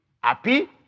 happy